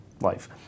life